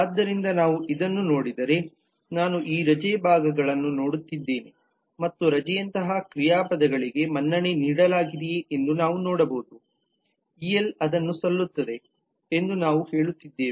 ಆದ್ದರಿಂದ ನಾವು ಇದನ್ನು ನೋಡಿದರೆ ನಾನು ಈ ರಜೆ ಭಾಗಗಳನ್ನು ನೋಡುತ್ತಿದ್ದೇನೆ ಮತ್ತು ರಜೆಯಂತಹ ಕ್ರಿಯಾಪದಗಳಿಗೆ ಮನ್ನಣೆ ನೀಡಲಾಗಿದೆಯೆಂದು ನಾವು ನೋಡಬಹುದು ಇಎಲ್ ಅದನ್ನು ಸಲ್ಲುತ್ತದೆ ಎಂದು ನಾವು ಹೇಳುತ್ತಿದ್ದೇವೆ